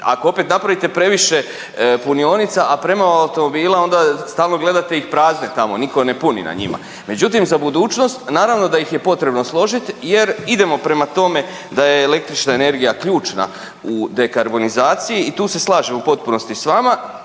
ako opet napravite previše punionica, a premalo automobila onda stalno gledate ih prazne tamo niko ne puni na njima. Međutim, za budućnost naravno da ih je potrebno složit jer idemo prema tome da je električna energija ključna u dekarboinizaciji i tu se slažemo u potpunosti s vama.